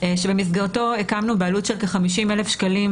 שבמסגרתו הקמנו בעלות של כ-50,000 שקלים